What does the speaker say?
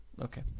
Okay